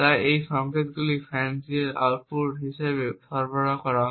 তাই এই সংকেতগুলি FANCI এর আউটপুট হিসাবে সরবরাহ করা হয়